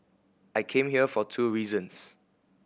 I came here for two reasons